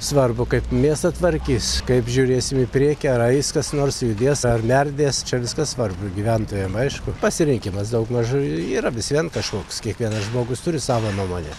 svarbu kaip miestą tvarkys kaip žiūrėsim į priekį ar eis kas nors judės ar merdės čia viskas svarbu ir gyventojam aišku pasirinkimas daugmaž yra vis vien kažkoks kiekvienas žmogus turi savo nuomonę